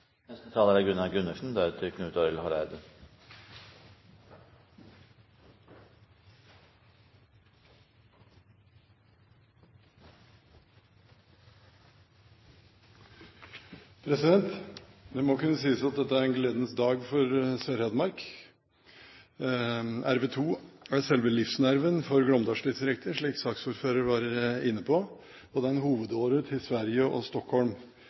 Det må kunne sies at dette er en gledens dag for Sør-Hedmark. Rv. 2 er selve livsnerven for Glåmdalsdistriktet, slik saksordføreren var inne på, og det er en hovedåre til Sverige og Stockholm.